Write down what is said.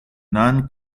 non